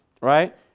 right